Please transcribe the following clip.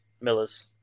Millers